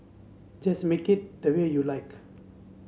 just make it the way you like